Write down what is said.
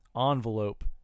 envelope